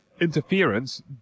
interference